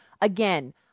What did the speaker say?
again